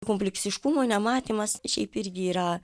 kompleksiškumo nematymas šiaip irgi yra